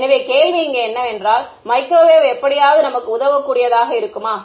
எனவே கேள்வி இங்கே என்னவென்றால் மைக்ரோவேவ் எப்படியாவது நமக்கு உதவக்கூடியதாக இருக்குமா